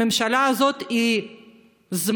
הממשלה הזאת היא זמנית.